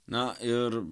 na ir